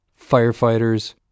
firefighters